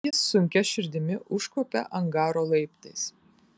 jis sunkia širdimi užkopė angaro laiptais